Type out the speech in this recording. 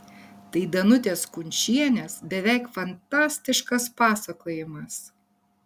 tai danutės kunčienės beveik fantastiškas pasakojimas